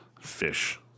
Fish